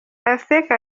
aseka